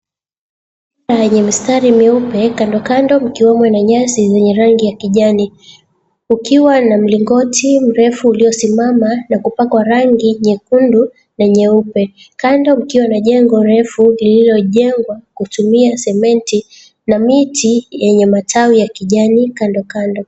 Lenye mistari mieupe, kandokando mkiwemo na nyasi zenye rangi ya kijani, kukiwa na mligoti mrefu uliosimama na kupakwa rangi nyekundu na nyeupe. Kando mkiwa na jengo refu lililojengwa kutumia sementi na miti yenye matawi ya kijani kandokando.